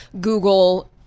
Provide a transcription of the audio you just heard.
Google